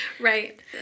right